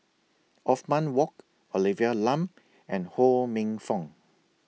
Othman Wok Olivia Lum and Ho Minfong